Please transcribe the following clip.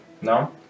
No